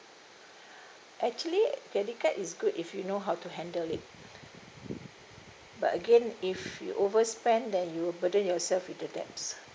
actually credit card is good if you know how to handle it but again if you overspend then you will burden yourself with the debts